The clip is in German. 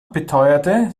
beteuerte